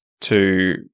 to-